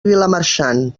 vilamarxant